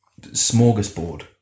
smorgasbord